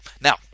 Now